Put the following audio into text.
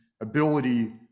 ability